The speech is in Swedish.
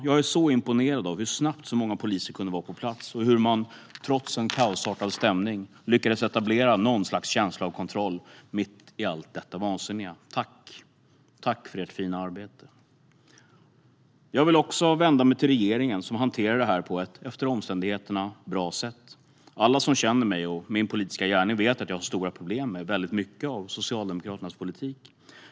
Jag är så imponerad av hur snabbt så många poliser kunde vara på plats och hur man trots en kaosartad stämning lyckades etablera något slags känsla av kontroll mitt i allt detta vansinniga. Tack för ert fina arbete! Jag vill också vända mig till regeringen, som hanterade detta på ett efter omständigheterna bra sätt. Alla som känner mig och min politiska gärning vet att jag har stora problem med väldigt mycket av Socialdemokraternas politik.